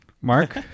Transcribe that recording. Mark